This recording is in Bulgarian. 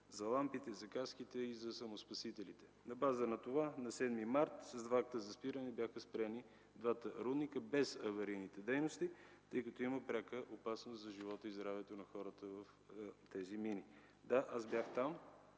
за лампите, за каските и за самоспасителите. На база на това на 7 март 2012 г. с два акта за спиране бяха спрени двата рудника, без аварийните дейности, тъй като има пряка опасност за живота и здравето на хората в тези мини. Да, аз бях там